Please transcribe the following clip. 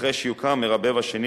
אחרי שיוקם המרבב השני,